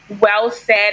well-said